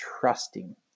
trusting